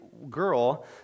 Girl